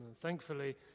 Thankfully